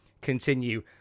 continue